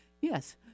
Yes